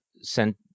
sent